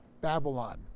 Babylon